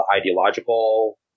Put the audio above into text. ideological